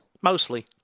mostly